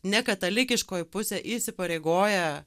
nekatalikiškoji pusė įsipareigoja